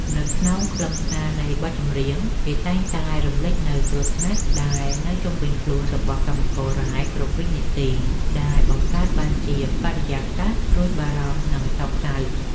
នៅក្នុងខ្លឹមសារនៃបទចម្រៀង គេតែងតែរំលេចនូវគ្រោះថ្នាក់ដែលនៅជុំវិញខ្លួនរបស់កម្មកររ៉ែគ្រប់វិនាទី ដែលបង្កើតបានជាបរិយាកាសព្រួយបារម្ភ និងសោកសៅ។